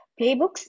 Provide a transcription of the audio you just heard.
Playbooks